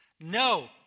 No